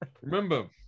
remember